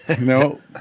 No